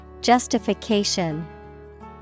Justification